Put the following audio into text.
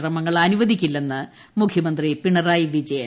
ശ്രമങ്ങൾ അനുവദിക്കില്ലെന്ന് മുഖൃമന്ത്രി പിണറായി വിജയൻ